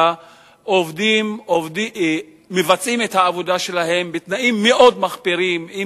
עובדים מבצעים את העבודה שלהם בתנאים מחפירים מאוד,